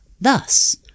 Thus